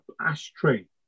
ashtray